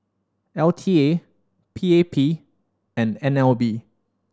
L T A P A P and N L B